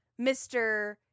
Mr